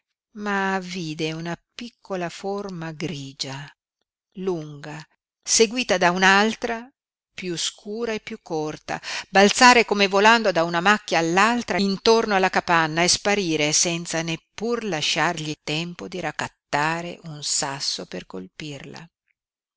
ma vide una piccola forma grigia lunga seguita da un'altra piú scura e piú corta balzare come volando da una macchia all'altra intorno alla capanna e sparire senza neppur lasciargli tempo di raccattare un sasso per colpirla